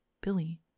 Billy